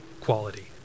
quality